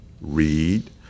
read